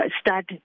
start